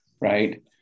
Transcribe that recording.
right